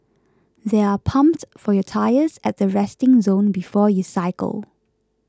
there are pumps for your tyres at the resting zone before you cycle